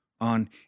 on